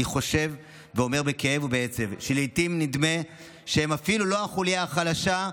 אני חושב ואומר בכאב ובעצב שלעיתים נדמה שהם אפילו לא החוליה החלשה,